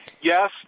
yes